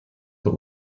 für